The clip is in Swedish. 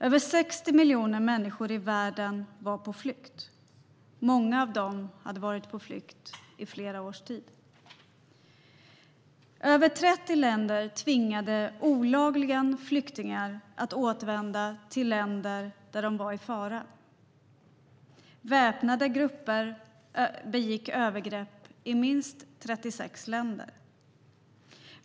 Över 30 länder tvingade olagligen flyktingar att återvända till länder där de var i fara. *Väpnade grupper begick övergrepp i minst 36 länder.